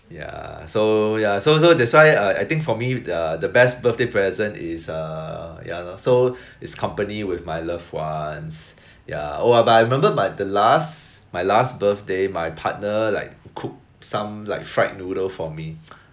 ya so ya so so that's why uh I think for me uh the best birthday present is uh ya lor so is company with my loved ones yeah oh but I remember but the last my last birthday my partner like cooked some like fried noodle for me